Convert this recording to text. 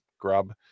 grub